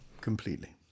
completely